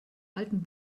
alten